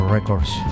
Records